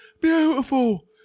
Beautiful